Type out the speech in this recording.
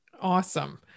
Awesome